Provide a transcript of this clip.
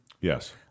Yes